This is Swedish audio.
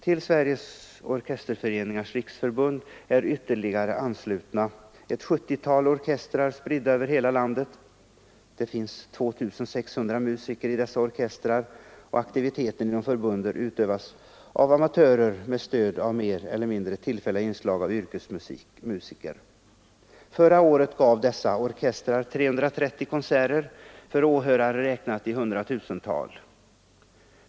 Till Sveriges orkesterföreningars riksförbund är ytterligare anslutna ett 70-tal orkestrar, spridda över hela landet — det finns 2 600 musiker i dessa orkestrar — och aktiviteten inom förbundet utövas av amatörer med stöd av mer eller mindre tillfälliga inslag av yrkesmusiker. Förra året gav dessa orkestrar 330 konserter för åhörare som kunde räknas i hundratusental.